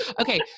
Okay